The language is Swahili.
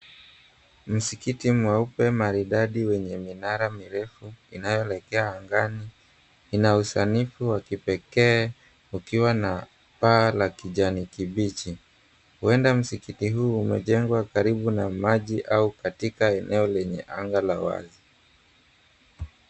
Mskiti mweupe maridadi wenye minara mirefu inayoelekea angani una usanifu wa kipekee ukiwa na paa la kijani kibichi huenda mskiti huu umejengwa karibu na maji au katika eneo lenye anga ya wazi.